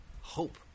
hope